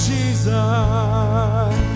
Jesus